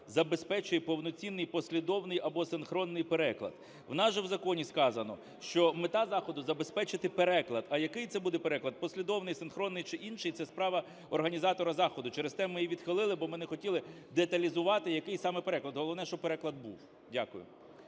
забезпечує повноцінний послідовний або синхронний переклад. У нас же в законі сказано, що мета заходу – забезпечити переклад. А який це буде переклад: послідовний синхронний чи інший – це справа організатора заходу. Через це ми і відхилили, бо ми не хотіли деталізувати, який саме переклад, головне, щоб переклад був. Дякую.